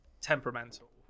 temperamental